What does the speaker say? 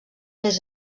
més